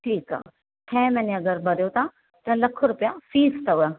ठीकु आहे छहें महिने अगरि भरियो था त लख रुपिया फ़ीस अथव